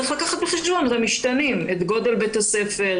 צריך לקחת בחשבון את המשתנים את גודל בית הספר,